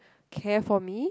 care for me